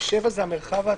סעיף 7 זה המרחב הציבורי,